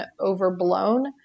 overblown